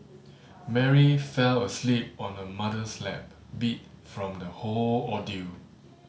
Mary fell asleep on her mother's lap beat from the whole ordeal